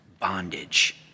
bondage